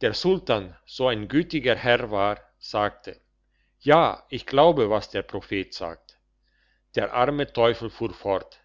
der sultan so ein gütiger herr war sagte ja ich glaube was der prophet sagt der arme teufel fuhr fort